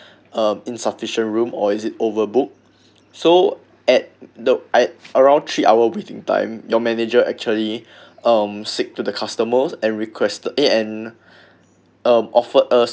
um insufficient room or it is overbook so at the at around three hour waiting time your manager actually um seek to the customers and requested eh and um offer us